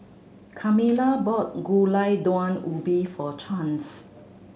Carmela bought Gulai Daun Ubi for Chance